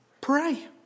Pray